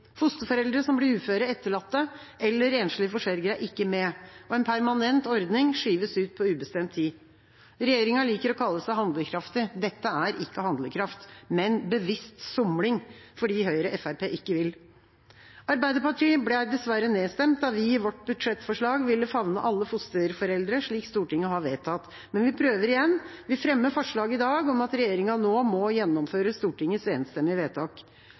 Fosterforeldre som blir uføre, etterlatte eller enslige forsørgere, er ikke med. En permanent ordning skyves ut på ubestemt tid. Regjeringen liker å kalle seg handlekraftig. Dette er ikke handlekraft, men bevisst somling fordi Høyre og Fremskrittspartiet ikke vil. Arbeiderpartiet ble dessverre nedstemt da vi i vårt budsjettforslag ville favne alle fosterforeldre, slik Stortinget har vedtatt. Men vi prøver igjen. Vi fremmer forslag i dag om at regjeringa nå må gjennomføre Stortingets enstemmige vedtak.